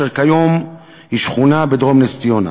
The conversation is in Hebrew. אשר כיום הוא שכונה בדרום נס-ציונה.